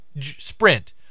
sprint